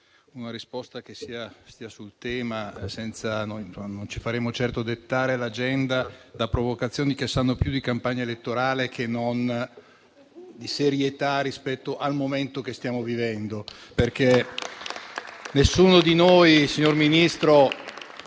una risposta che stia sul tema; non ci faremo certo dettare l'agenda da provocazioni che sanno più di campagna elettorale che non di serietà rispetto al momento che stiamo vivendo. Nessuno di noi, signor Ministro,